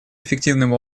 эффективным